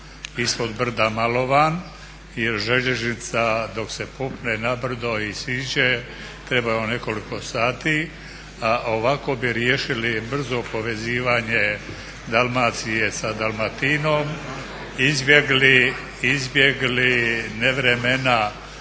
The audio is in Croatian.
ispod brda Malovan i željeznica dok se popne na brdo i siđe treba joj nekoliko sati a ovako bi riješili brzo povezivanje Dalmacije sa Dalmatinom izbjegli nevremena